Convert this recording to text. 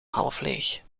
halfleeg